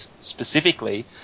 specifically